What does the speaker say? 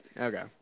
okay